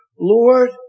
Lord